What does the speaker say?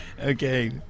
Okay